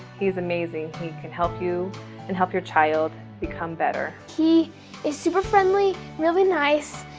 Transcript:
he's amazing. he can help you and help your child become better. he is super friendly, really nice,